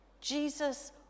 Jesus